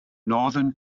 northern